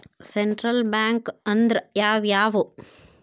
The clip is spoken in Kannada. ಸೆಂಟ್ರಲ್ ಬ್ಯಾಂಕ್ ಅಂದ್ರ ಯಾವ್ಯಾವು?